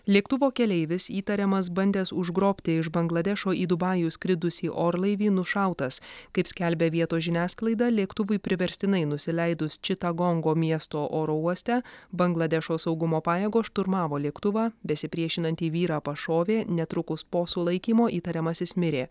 lėktuvo keleivis įtariamas bandęs užgrobti iš bangladešo į dubajų skridusį orlaivį nušautas kaip skelbia vietos žiniasklaida lėktuvui priverstinai nusileidus čita gongo miesto oro uoste bangladešo saugumo pajėgos šturmavo lėktuvą besipriešinantį vyrą pašovė netrukus po sulaikymo įtariamasis mirė